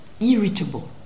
irritable